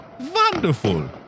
Wonderful